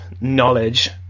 knowledge